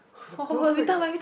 the perfect that